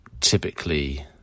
typically